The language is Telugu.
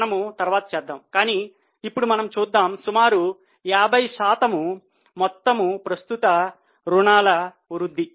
మనము తర్వాత చేద్దాం కానీ ఇప్పుడు మనము చూద్దాము సుమారుగా 50 శాతం మొత్తము ప్రస్తుత రుణాల వృద్ధి